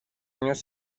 años